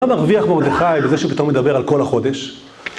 מה מרוויח מרדכי בזה שהוא פתאום מדבר על כל החודש?